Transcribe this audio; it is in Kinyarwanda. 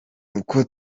uko